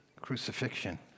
crucifixion